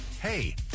hey